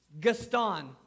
Gaston